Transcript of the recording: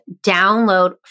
download